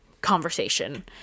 conversation